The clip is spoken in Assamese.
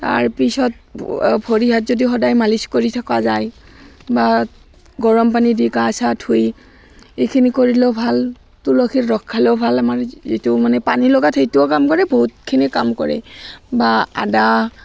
তাৰপিছত ভৰি হাত যদি সদায় মালিচ কৰি থকা যায় বা গৰমপানী দি গা চা ধুই এইখিনি কৰিলেও ভাল তুলসীৰ ৰস খালেও ভাল আমাৰ যিটো মানে পানী লগাত সেইটোও কাম কৰে বহুতখিনি কাম কৰে বা আদা